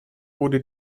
wurde